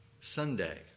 Sunday